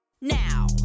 now